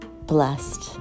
blessed